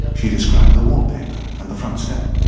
ah she described the wallpaper and the front step.